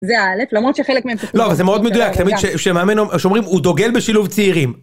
זה אלף, למרות שחלק מהם (דיבור בו זמנית, לא ברור). לא, זה מאוד מדויק, תמיד שמאמן אומר, שאומרים, הוא דוגל בשילוב צעירים.